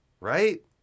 Right